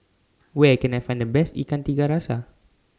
Where Can I Find The Best Ikan Tiga Rasa